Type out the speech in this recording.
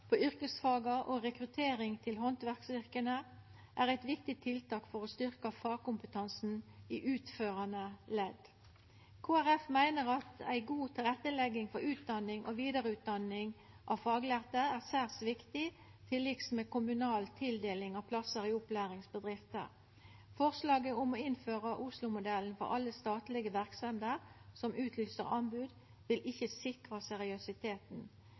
på yrkesfaga og rekruttering til handverksyrka er eit viktig tiltak for å styrkja fagkompetansen i utførande ledd. Kristeleg Folkeparti meiner at ei god tilrettelegging for utdanning og vidareutdanning av faglærte er særs viktig, til liks med kommunal tildeling av plassar i opplæringsbedrifter. Forslaget om å innføra Oslo-modellen for alle statlege verksemder som utlyser anbod, vil ikkje sikra seriøsiteten.